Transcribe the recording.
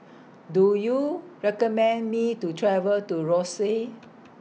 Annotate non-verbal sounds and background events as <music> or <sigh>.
<noise> Do YOU recommend Me to travel to Roseau